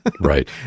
right